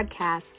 podcast